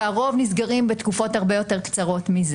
ושהרוב נסגרים בתקופות הרבה יותר קצרות.